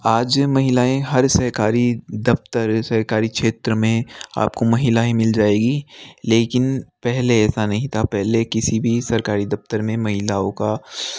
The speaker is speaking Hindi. आज महिलाएँ हर सरकारी दफ़्तर सरकारी क्षेत्र में आपको महिलाएँ मिल जाएंगी लेकिन पहले ऐसा नहीं था पहले किसी भी सरकारी दफ़्तर में महिलाओं का